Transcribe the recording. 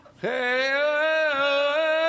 hey